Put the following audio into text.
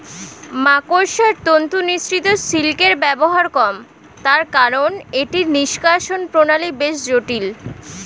মাকড়সার তন্তু নিঃসৃত সিল্কের ব্যবহার কম, তার কারন এটির নিষ্কাশণ প্রণালী বেশ জটিল